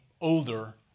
older